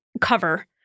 cover